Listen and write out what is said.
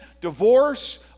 divorce